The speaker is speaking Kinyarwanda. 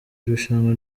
irushanwa